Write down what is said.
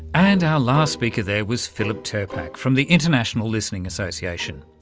and our last speaker there was philip tirpak from the international listening association.